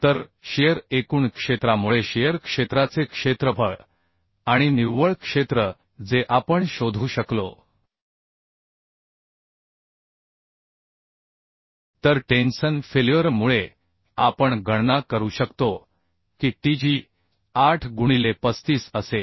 तर शिअर एकूण क्षेत्रामुळे शिअर क्षेत्राचे क्षेत्रफळ आणि निव्वळ क्षेत्र जे आपण शोधू शकलो तर टेन्सन फेल्युअर मुळे आपण गणना करू शकतो की tg 8 गुणिले 35 असेल